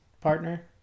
partner